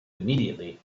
immediately